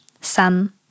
sun